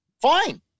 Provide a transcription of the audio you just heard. Fine